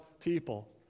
people